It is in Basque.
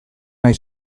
nahi